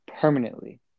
permanently